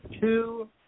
two